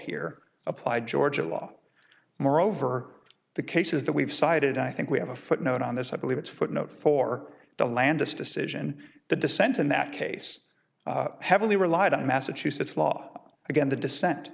here applied georgia law moreover the cases that we've cited i think we have a footnote on this i believe it's a footnote for the landis decision the dissent in that case heavily relied on massachusetts law again to dissent